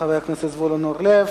חבר הכנסת זבולון אורלב.